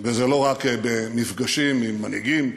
זה לא רק במפגשים עם מנהיגים,